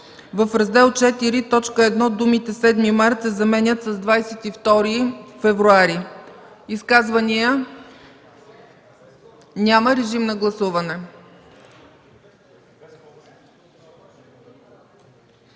В Раздел ІV, т. 1 думите „7 март” се заменят с „22 февруари”.” Изказвания? Няма. Режим на гласуване!